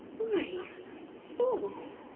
i false!